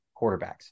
quarterbacks